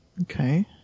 Okay